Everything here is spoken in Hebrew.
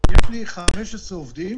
לי 15 עובדים,